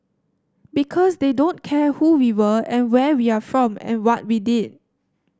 because they don't care who we were and where we are from and what we did